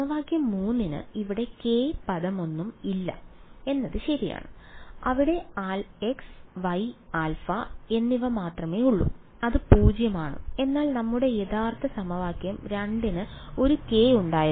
സമവാക്യം 3 ന് ഇവിടെ k പദമൊന്നും ഇല്ല എന്നത് ശരിയാണ് അവിടെ x y α എന്നിവ മാത്രമേ ഉള്ളൂ അത് 0 ആണ് എന്നാൽ നമ്മുടെ യഥാർത്ഥ സമവാക്യം 2 ന് ഒരു k ഉണ്ടായിരുന്നു